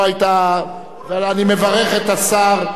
אני מברך את השר,